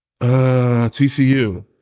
TCU